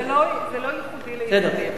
זה לא ייחודי ליהודים.